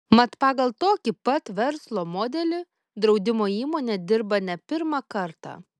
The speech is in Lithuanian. mat pagal tokį pat verslo modelį draudimo įmonė dirba ne pirmą kartą